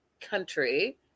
country